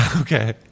Okay